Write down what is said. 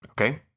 Okay